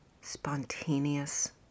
spontaneous